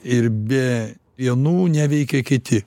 ir be vienų neveikia kiti